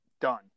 Done